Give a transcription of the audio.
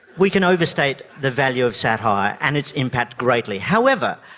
we can overstate the value of satire and its impact greatly. however,